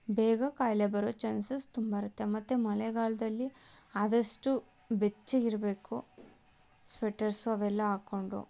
ಬೇಗ ಕಾಯಿಲೆ ಬರೊ ಚಾನ್ಸಸ್ ತುಂಬ ಇರುತ್ತೆ ಮತ್ತು ಮಳೆಗಾಲದಲ್ಲಿ ಆದಷ್ಟು ಬೆಚ್ಚಗಿರಬೇಕು ಸ್ವೆಟರ್ಸು ಅವೆಲ್ಲಾ ಹಾಕ್ಕೊಂಡು